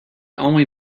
only